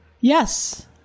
Yes